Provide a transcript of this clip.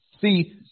See